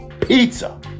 pizza